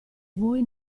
vuoi